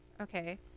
Okay